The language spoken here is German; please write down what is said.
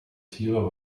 tiere